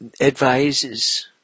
advises